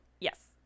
Yes